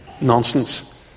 nonsense